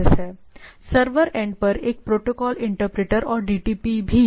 server end पर एक protocol interpreter और DTP भी है